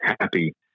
happy